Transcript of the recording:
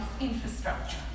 infrastructure